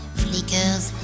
flickers